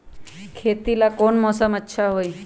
खेती ला कौन मौसम अच्छा होई?